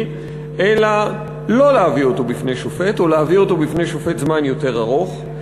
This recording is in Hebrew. אלא להביא אותו בפני שופט אחרי פרק זמן יותר ארוך.